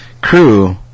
crew